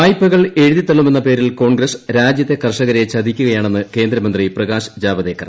വായ്പകൾ എഴുതിത്തള്ളുമെന്ന പേരിൽ കോൺഗ്രസ് രാജ്യത്തെ കർഷകരെ ചതിക്കുകയാണെന്ന് കേന്ദ്രമന്ത്രി പ്രകാശ് ജാവദേക്കർ